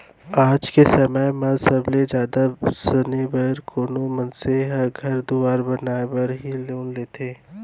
आज के समय म सबले जादा समे बर कोनो मनसे ह घर दुवार बनाय बर ही लोन लेथें